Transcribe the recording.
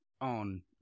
on